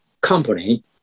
company